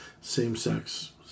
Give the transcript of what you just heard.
same-sex